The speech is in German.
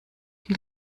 die